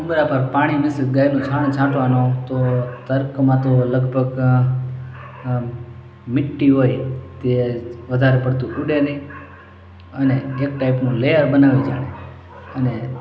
ઊંબરા પર પાણી મિશ્રિત ગાયનું છાણ છાંટવાનો તો તર્કમાંતો લગભગ મિટ્ટી હોય તે વધારે પડતું ઊડે નહીં અને એક ટાઈપનું લેયર બનાવે જાણે અને